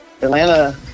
Atlanta